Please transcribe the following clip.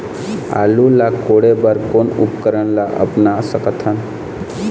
आलू ला कोड़े बर कोन उपकरण ला अपना सकथन?